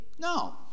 No